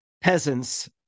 peasants